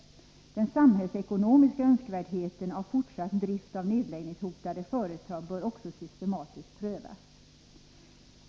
Den samhällsekonomiska önskvärdheten av fortsatt drift av nedläggningshotade företag bör också systematiskt prövas.